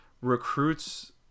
recruits